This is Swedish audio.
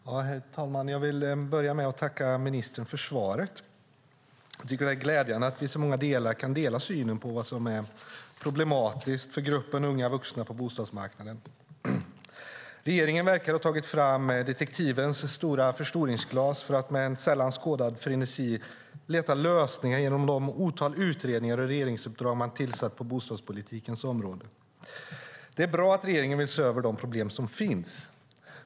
Herr talman! Jag vill börja med att tacka ministern för svaret. Jag tycker att det är glädjande att vi i så många delar kan dela synen på vad som är problematiskt för gruppen unga vuxna på bostadsmarknaden. Regeringen verkar ha tagit fram detektivens stora förstoringsglas för att med en sällan skådad frenesi leta lösningar genom de otaliga regeringsuppdrag och utredningar man tillsatt på bostadspolitikens område. Det är bra att regeringen vill se över de problem som finns.